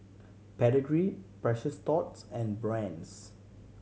Pedigree Precious Thots and Brand's